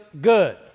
good